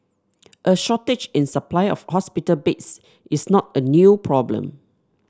a shortage in supply of hospital beds is not a new problem